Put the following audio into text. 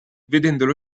vedendolo